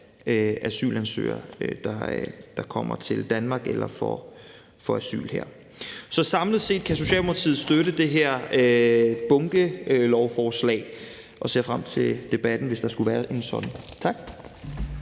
asylansøgere, der kommer til Danmark eller får asyl her. Så samlet set kan Socialdemokratiet støtte det her bunkelovforslag og ser frem til debatten, hvis der skulle være en sådan. Tak.